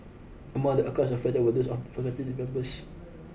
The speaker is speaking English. among the accounts affected were those members